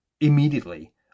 immediately